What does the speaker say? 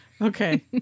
Okay